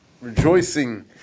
rejoicing